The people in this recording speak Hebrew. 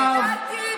חברת הכנסת גלית דיסטל,